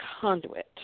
conduit